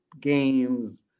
games